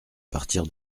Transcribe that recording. partir